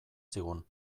zigun